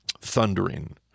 thundering